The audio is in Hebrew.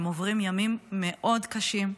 הם עוברים ימים מאוד קשים,